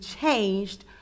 changed